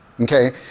okay